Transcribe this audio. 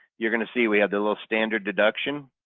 you're going to see we have the little standard deduction,